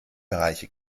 bereiche